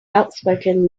outspoken